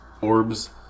Orbs